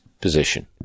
position